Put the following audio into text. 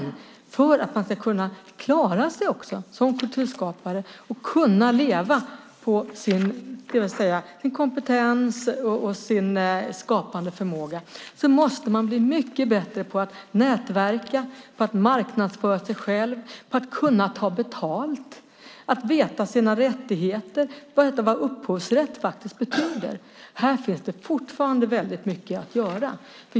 Men för att man ska kunna klara sig som kulturskapare och kunna leva på sin kompetens och sin skapande förmåga måste man bli mycket bättre på att nätverka, att marknadsföra sig själv, att kunna ta betalt och att veta sina rättigheter, särskilt vad upphovsrätt betyder. Här finns det fortfarande väldigt mycket att göra.